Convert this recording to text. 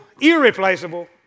irreplaceable